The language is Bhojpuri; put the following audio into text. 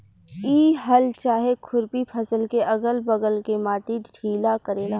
इ हल चाहे खुरपी फसल के अगल बगल के माटी ढीला करेला